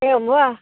एवं वा